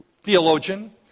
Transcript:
theologian